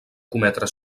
cometre